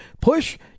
push